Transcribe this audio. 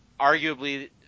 arguably